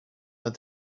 but